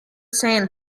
sand